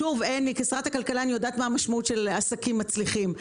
כשרת הכלכלה אני יודעת מה המשמעות של עסקים מצליחים,